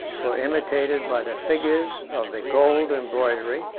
were imitated by the figures of the gold embroidery,